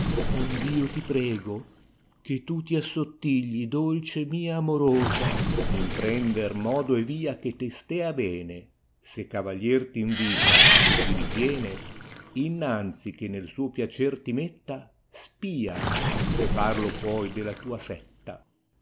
ond io ti prego che tn tiassqttiglii dolce mia amorosa dahte kme io in prender modo e tìa ehe ti slea bene se gavalier lintita o ti ritiene innanzi che nel suo piacer ti metta spia se far lo puoi della tua setta